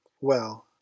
Well